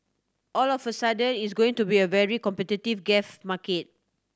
all of a sudden it's going to be a very competitive gas market